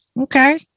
okay